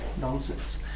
nonsense